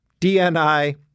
DNI